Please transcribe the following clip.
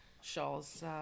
shawls